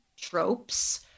tropes